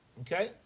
Okay